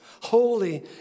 holy